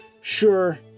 Sure